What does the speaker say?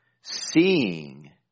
seeing